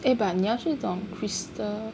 eh but 你要去找 crystal